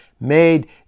made